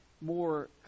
more